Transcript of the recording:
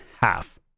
half